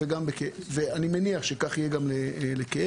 אני מניח שכך יהיה לכאב,